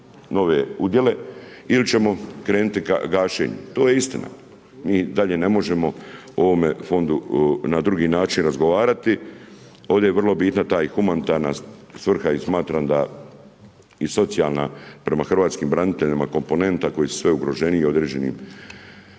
nove udjele, ili ćemo krenuti gašenjem. To je istina. Mi dalje ne možemo o ovome fondu, na drugi način razgovarati. Ovdje je vrlo bitna, ta humanitarna svrha i socijalna prema hrvatskim braniteljima komponenata, koji su sve ugroženiji određene